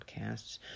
podcasts